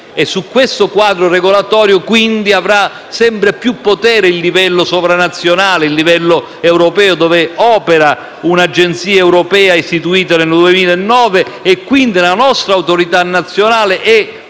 Su questo quadro regolatorio avrà quindi sempre più potere il livello sovranazionale e il livello europeo, dove opera un'agenzia europea istituita nel 2009, e quindi la nostra Autorità nazionale è